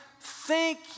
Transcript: thank